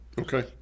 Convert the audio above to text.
Okay